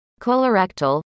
colorectal